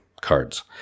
cards